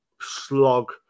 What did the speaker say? slog